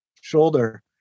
shoulder